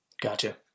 Gotcha